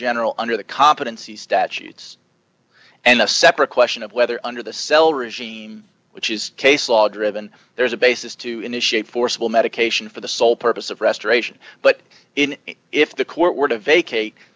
general under the competency statutes and a separate question of whether under the cell regime which is case law driven there is a basis to initiate forcible medication for the sole purpose of restoration but in if the court were to